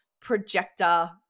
projector